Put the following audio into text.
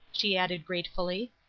she added gratefully.